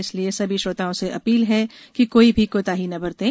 इसलिए सभी श्रोताओं से अपील है कि कोई भी कोताही न बरतें